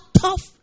tough